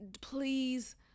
please